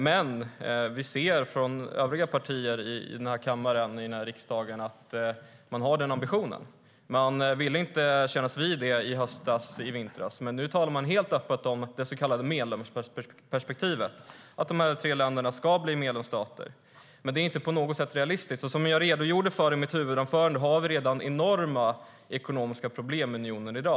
Men vi ser att övriga partier här i riksdagen har den ambitionen. Man ville inte kännas vid detta i höstas eller i vintras, men nu talar man helt öppet om det så kallade medlemskapsperspektivet - att de här tre länderna ska bli medlemsstater. Det är inte på något sätt realistiskt. Som jag redogjorde för i mitt anförande har vi redan i dag enorma ekonomiska problem i unionen.